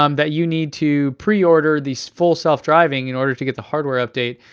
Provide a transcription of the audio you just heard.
um that you need to pre-order these full self driving in order to get the hardware update.